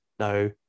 No